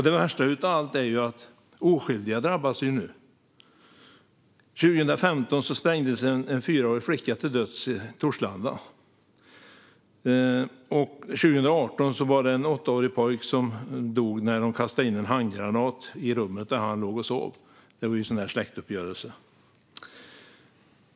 Det värsta av allt är att oskyldiga drabbas. År 2015 sprängdes en fyraårig flicka till döds i Torslanda, och 2018 dog en åttaårig pojke när en handgranat kastades in i rummet där han låg och sov - det var en släktuppgörelse.